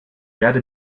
werde